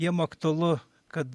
jiem aktualu kad